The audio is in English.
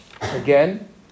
again